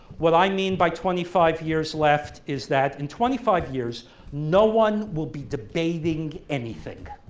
what i mean by twenty five years left is that in twenty five years no one will be debating anything.